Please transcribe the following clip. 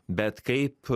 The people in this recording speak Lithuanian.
bet kaip